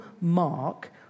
mark